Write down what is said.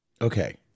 Okay